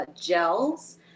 gels